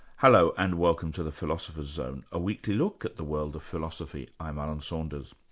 hello and welcome to the philosopher's zone, a weekly look at the world of philosophy, i'm alan saunders.